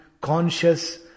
conscious